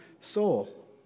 soul